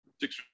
six